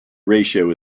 ratio